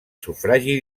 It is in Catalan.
sufragi